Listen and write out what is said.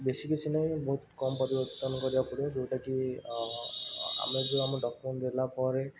ବେଶୀ କିଛି ନାହିଁ ବହୁତ୍ କମ୍ ପରିବର୍ତ୍ତନ କରିବାକୁ ପଡ଼ିବ ଯେଉଁଟାକି ଆମେ ଯେଉଁ ଆମ ଡକ୍ୟୁମେଣ୍ଟ ଦେଲା ପରେ